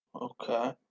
Okay